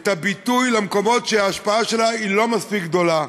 את הביטוי למקומות שההשפעה שלה היא לא מספיק גדולה,